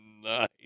nice